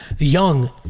young